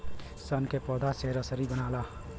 सन के पौधा से रसरी बनला